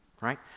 Right